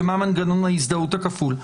ומה מנגנון ההזדהות הכפול,